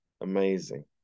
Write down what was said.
amazing